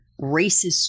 racist